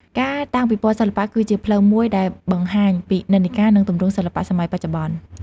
ការតាំងពិពណ៌សិល្បៈគឺជាផ្លូវមួយដែលបង្ហាញពីនិន្នាការ និងទម្រង់សិល្បៈសម័យបច្ចុប្បន្ន។